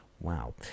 Wow